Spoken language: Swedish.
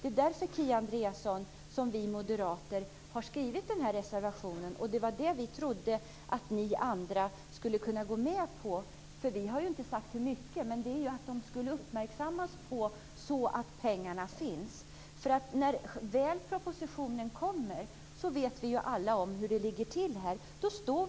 Det är därför, Kia Andreasson, som vi moderater har avgivit vår reservation. Vi trodde att ni andra skulle kunna gå med på den. Vi har inte gått in på hur stor kostnadsökningen blir men vill att regeringen uppmärksammas på frågan, så att pengarna görs tillgängliga. Vi vet alla hur det blir när propositionen kommer.